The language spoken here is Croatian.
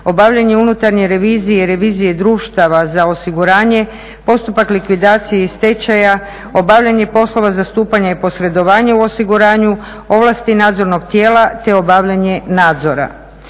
obavljanje unutarnje revizije i revizije društava za osiguranje, postupak likvidacije i stečaja, obavljanje poslova zastupanja i posredovanje u osiguranju, ovlasti nadzornog tijela te obavljanje nadzora.